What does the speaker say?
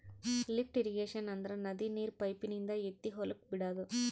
lift irrigation ಅಂದ್ರ ನದಿ ನೀರ್ ಪೈಪಿನಿಂದ ಎತ್ತಿ ಹೊಲಕ್ ಬಿಡಾದು